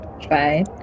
try